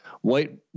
white